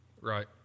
Right